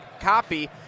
copy